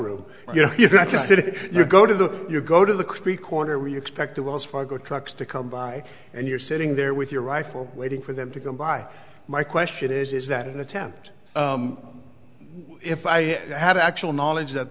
room you know you go to the you go to the creek corner where you expect the wells fargo trucks to come by and you're sitting there with your rifle waiting for them to come by my question is is that an attempt if i had actual knowledge that